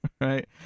Right